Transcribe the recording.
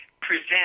present